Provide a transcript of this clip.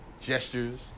gestures